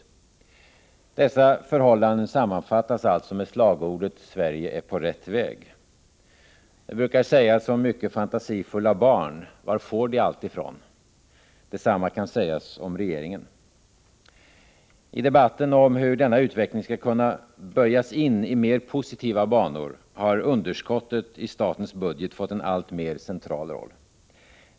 Dessa förhållanden sammanfattas alltså med slagordet ”Sverige är på rätt väg”. Det brukar sägas om mycket fantasifulla barn: Var får de allt ifrån? Detsamma kan sägas om regeringen. I debatten om hur denna utveckling skall kunna böjas in i mer positiva banor har underskottet i statens budget fått en alltmer central roll.